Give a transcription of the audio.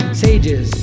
sages